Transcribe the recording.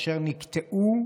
אשר נקטעו,